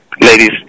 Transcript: Ladies